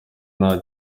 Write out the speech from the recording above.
nta